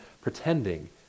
pretending